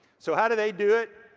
so how do they do it?